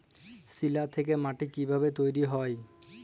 শিলা থেকে মাটি কিভাবে তৈরী হয়?